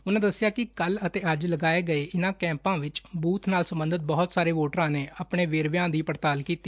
ਉਨੂਾ ਦੱਸਿਆ ਕਿ ਕੱਲੂ ਅਤੇ ਅੱਜ ਲਗਾਏ ਗਏ ਇਨੂਾਂ ਕੈੱਪਾਂ ਵਿਚ ਬੁਬ ਨਾਲ ਸਬੰਧਤ ਬਹੁਤ ਸਾਰੇ ਵੋਟਰਾ ਨੇ ਆਪਣੇ ਵੇਰਵਿਆਂ ਦੀ ਪੜਤਾਲ ਕੀਤੀ